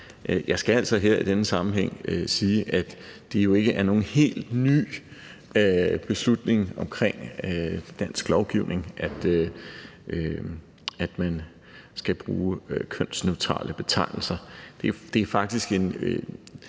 Jeg skal altså her i denne sammenhæng sige, at det jo ikke er nogen helt ny beslutning omkring dansk lovgivning, at man skal bruge kønsneutrale betegnelser. Det er faktisk en